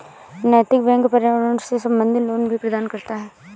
नैतिक बैंक पर्यावरण से संबंधित लोन भी प्रदान करता है